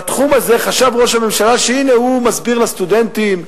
בתחום הזה חשב ראש הממשלה שהנה הוא מסביר לסטודנטים,